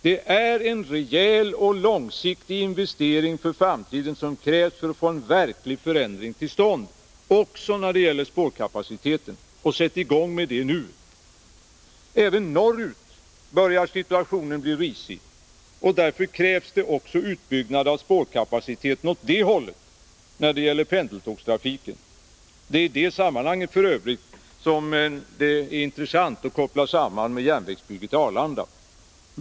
Det är en rejäl och långsiktig investering för framtiden som krävs för att få en verklig förändring till stånd också när det gäller spårkapaciteten. Sätt i gång med det nu! Även norrut börjar situationen bli risig. Därför krävs det också utbyggnad av spårkapaciteten åt det hållet när det gäller pendeltågstrafiken. Det är f. ö. i det sammanhanget som en sammankoppling med järnvägsbyggandet till Arlanda är intressant.